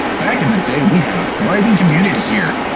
back in the day, we had a thriving community here!